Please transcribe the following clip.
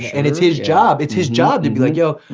and it's his job, it's his job to be like yo,